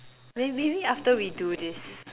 well maybe after we do this